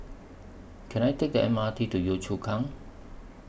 Can I Take The M R T to Yio Chu Kang